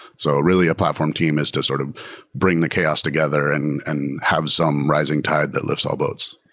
so really a platform team is to sort of bring the chaos together and and have some rising tide that lifts all boats.